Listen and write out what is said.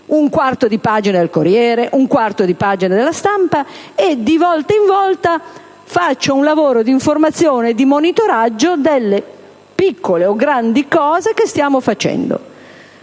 un quarto di pagina del «Corriere della Sera» o de «La Stampa» e di volta in volta svolga un lavoro di informazione e di monitoraggio sulle piccole o grandi cose che stiamo facendo.